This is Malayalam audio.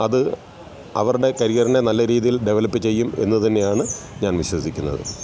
അത് അവരുടെ കരിയറിനെ നല്ല രീതിയിൽ ഡെവലപ്പ് ചെയ്യും എന്ന് തന്നെയാണ് ഞാൻ വിശ്വസിക്കുന്നത്